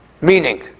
Meaning